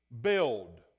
build